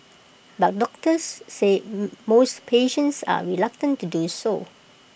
but doctors say most patients are reluctant to do so